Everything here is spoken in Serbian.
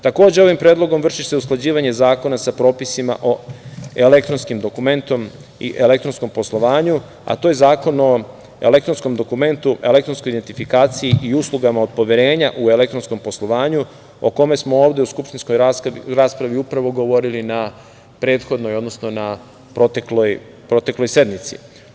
Takođe, ovim Predlogom vrši se usklađivanje zakona sa propisima o elektronskim dokumentom i elektronskom poslovanju, a to je Zakon o elektronskom dokumentu, elektronskoj identifikaciji i uslugama od poverenja u elektronskom poslovanju o kome smo ovde u skupštinskoj raspravi upravo govorili na prethodnoj, odnosno na protekloj sednici.